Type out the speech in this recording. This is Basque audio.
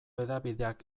hedabideak